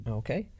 okay